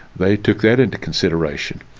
they took that into consideration,